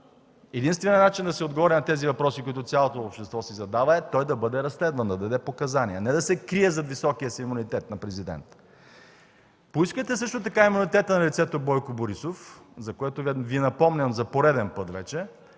Единственият начин да се отговори на тези въпроси, които цялото общество си задава, е той да бъде разследван, да даде показания, а не да се крие зад високия си имунитет на президент. Поискайте също така имунитета на лицето Бойко Борисов, за което Ви напомням вече за пореден път,